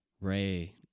Ray